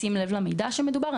בשים לב למידע שמדובר בו.